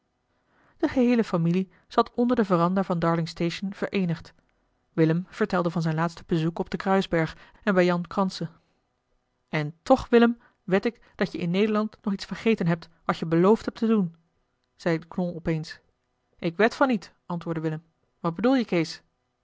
de geheele familie zat onder de veranda van darlingstation vereenigd willem vertelde van zijn laatste bezoek op den kruisberg en bij jan kranse en toch willem wed ik dat je in nederland nog iets vergeten hebt wat je beloofd hebt te doen zeide knol opeens ik wed van niet antwoordde willem wat bedoel je kees